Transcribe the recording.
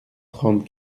trente